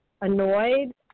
annoyed